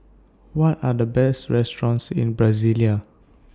What Are The Best restaurants in Brasilia